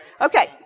Okay